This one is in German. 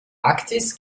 arktis